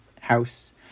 house